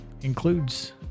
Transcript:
includes